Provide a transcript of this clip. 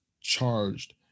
charged